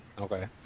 Okay